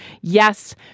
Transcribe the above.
Yes